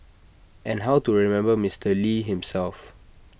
and how to remember Mister lee himself